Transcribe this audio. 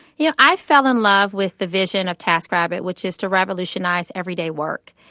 yeah i fell in love with the vision of taskrabbit, which is to revolutionize everyday work.